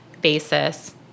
basis